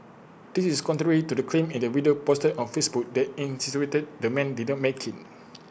this is contrary to the claim in the video posted on Facebook that insinuated the man did not make IT